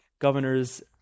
governors